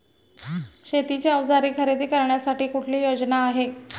शेतीची अवजारे खरेदी करण्यासाठी कुठली योजना आहे?